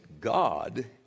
God